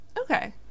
Okay